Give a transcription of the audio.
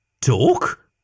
talk